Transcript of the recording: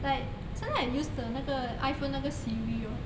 like sometimes I use the iphone 的那个 Siri hor